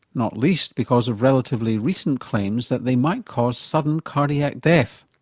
not least because of relatively recent claims that they might cause sudden cardiac death.